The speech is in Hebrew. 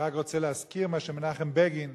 אני רק רוצה להזכיר איך מנחם בגין